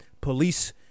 police